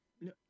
No